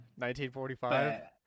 1945